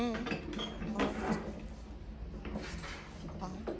ᱦᱮᱸ ᱦᱚᱲ ᱪᱮᱫ ᱱᱚᱣᱟ ᱡᱤᱵᱤᱠᱟ ᱠᱷᱚᱱ ᱵᱟᱝ